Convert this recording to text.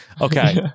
Okay